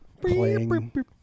playing